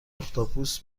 اختاپوس